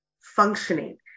functioning